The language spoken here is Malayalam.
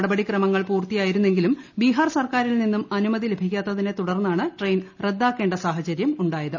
നടപടി ക്രമങ്ങൾ പൂർത്തിയായിരുന്നെങ്കിലും ബീഹാർ സർക്കാരിൽ നിന്ന് അനുമതി ലഭിക്കാത്തതിനെ തുടർന്നാണ്ട് ട്രെയിൻ റദ്ദാക്കേണ്ട സാഹചര്യമുണ്ടായത്